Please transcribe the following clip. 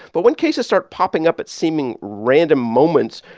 but when cases start popping up at seeming random moments,